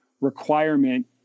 requirement